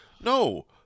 No